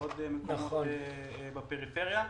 לעוד מקומות בפריפריה.